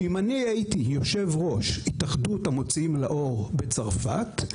שאם אני הייתי יו"ר התאחדות המוציאים לאור בצרפת,